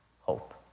hope